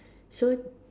so